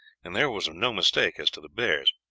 and there was no mistake as to the bears.